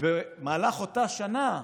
במהלך אותה שנה,